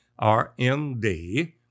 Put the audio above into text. RMD